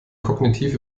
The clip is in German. kognitiv